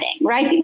Right